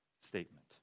statement